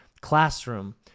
classroom